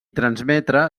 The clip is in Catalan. transmetre